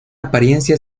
apariencia